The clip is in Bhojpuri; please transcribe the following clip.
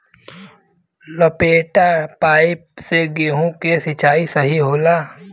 लपेटा पाइप से गेहूँ के सिचाई सही होला?